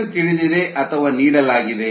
ಏನು ತಿಳಿದಿದೆ ಅಥವಾ ನೀಡಲಾಗಿದೆ